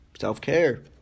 self-care